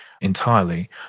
entirely